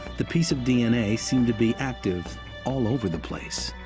the piece of d n a. seemed to be active all over the place,